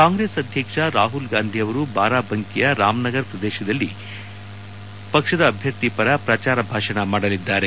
ಕಾಂಗ್ರೆಸ್ ಅಧ್ಯಕ್ಷ ರಾಹುಲ್ ಗಾಂಧಿ ಅವರು ಬಾರಾಬಂಕಿಯ ರಾಮ್ನಗರ್ ಪ್ರದೇಶದಲ್ಲಿ ಪಕ್ಷದ ಅಧ್ಯರ್ಥಿ ತನುಜ್ ಪುನಿಯಾ ಪರ ಪ್ರಚಾರ ಭಾಷಣ ಮಾಡಲಿದ್ದಾರೆ